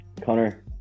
Connor